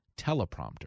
teleprompter